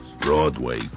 Broadway